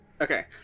Okay